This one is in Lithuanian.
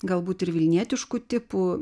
galbūt ir vilnietiškų tipų